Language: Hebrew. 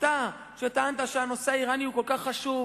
אתה שטענת שהנושא האירני הוא כל כך חשוב,